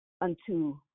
unto